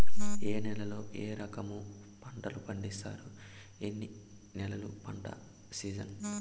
ఏ నేలల్లో ఏ రకము పంటలు పండిస్తారు, ఎన్ని నెలలు పంట సిజన్?